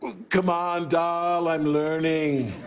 um um doll. i'm learning.